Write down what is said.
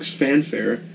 fanfare